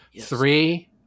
Three